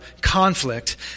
conflict